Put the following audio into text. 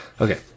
okay